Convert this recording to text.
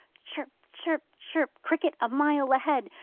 chirp, chirp, chirp! cricket a mile ahead.